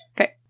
Okay